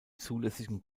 zulässigen